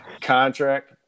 contract